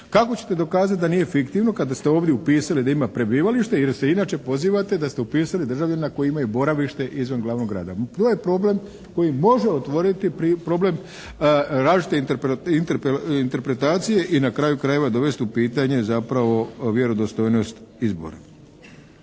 Kako ćete dokazati da nije fiktivno kada ste ovdje upisali da ima prebivalište jer se inače pozivate da ste upisali državljanina koji imaju boravište izvan glavnog grada? To je problem koji može otvoriti problem različite interpretacije i na kraju krajeva dovesti u pitanje zapravo vjerodostojnost izbora.